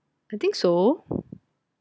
I think so